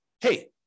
hey